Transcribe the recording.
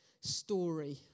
story